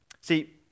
See